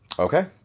Okay